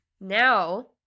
Now